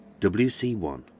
WC1